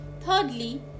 Thirdly